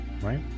right